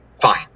fine